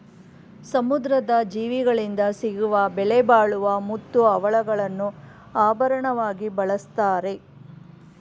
ಸಮುದ್ರದ ಜೀವಿಗಳಿಂದ ಸಿಗುವ ಬೆಲೆಬಾಳುವ ಮುತ್ತು, ಹವಳಗಳನ್ನು ಆಭರಣವಾಗಿ ಬಳ್ಸತ್ತರೆ